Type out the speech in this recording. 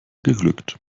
geglückt